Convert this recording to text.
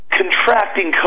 contracting